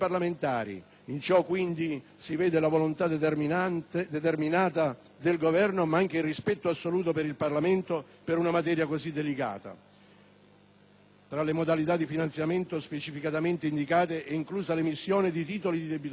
In ciò, quindi, si vede la volontà determinata del Governo, ma anche il rispetto assoluto per il Parlamento per una materia così delicata. Tra le modalità di finanziamento specificatamente indicate, è inclusa l'emissione di titoli del debito pubblico.